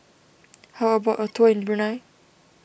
how about a tour in Brunei